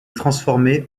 transformé